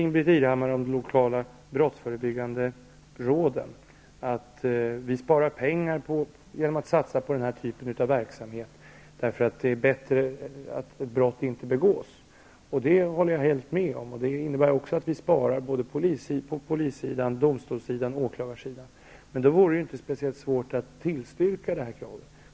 Ingbritt Irhammar sade beträffande de lokala brottsförebyggande råden, att man spar pengar genom att satsa på den här typen av verksamhet, därför att det är bättre att det inte begås brott. Det håller jag helt med om, och det innebär också att man sparar på såväl polissidan och domstolssidan som åklagarsidan. Därför borde det inte vara särskilt svårt att tillstyrka vårt förslag.